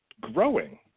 growing